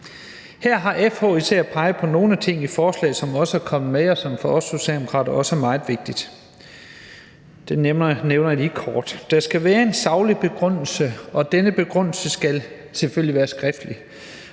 Her har FH især peget på nogle ting, som også er kommet med i forslaget, og som for os Socialdemokrater er meget vigtige. Dem nævner jeg lige kort. Der skal være en saglig begrundelse, og denne begrundelse skal selvfølgelig være skriftlig.